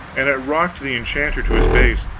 and it rocked the enchanter to his base.